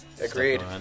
agreed